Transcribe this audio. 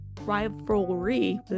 rivalry